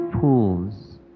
pools